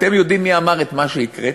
אתם יודעים מי אמר את מה שהקראתי?